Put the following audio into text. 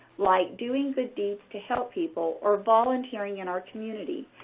like doing good deeds to help people or volunteering in our community,